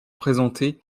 présenter